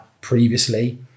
previously